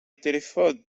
telefon